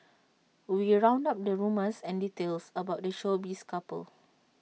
we round up the rumours and details about the showbiz couple